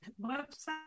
website